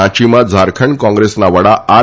રાંચીમાં ઝારખંડ કોંગ્રેસના વડા આર